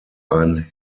ein